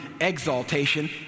exaltation